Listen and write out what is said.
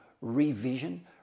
revision